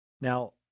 Now